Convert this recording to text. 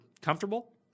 comfortable